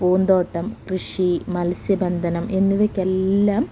പൂന്തോട്ടം കൃഷി മത്സ്യബന്ധനം എന്നിവയ്ക്കെല്ലാം